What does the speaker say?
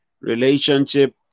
relationship